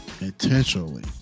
intentionally